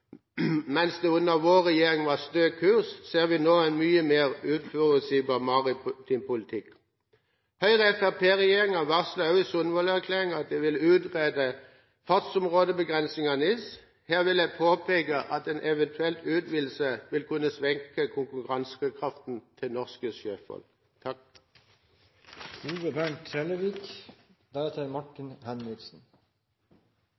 Mens det under vår regjering var stø kurs, ser vi nå en mye mer uforutsigbar maritim politikk. Høyre–Fremskrittsparti-regjeringa varslet i Sundvolden-erklæringen at de også vil utrede fartsområdebegrensinger i NIS. Her vil jeg påpeke at en eventuell utvidelse vil kunne svekke konkurransekraften hos norske sjøfolk.